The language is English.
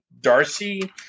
Darcy